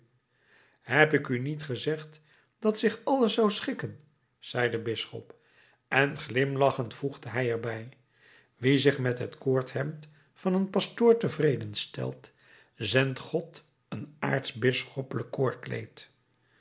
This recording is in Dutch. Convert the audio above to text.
heb ik u niet gezegd dat zich alles zou schikken zei de bisschop en glimlachend voegde hij er bij wie zich met het koorhemd van een pastoor tevreden stelt zendt god een